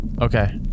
okay